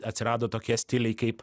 atsirado tokie stiliai kaip